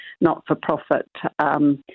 not-for-profit